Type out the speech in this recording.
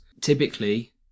Typically